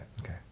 okay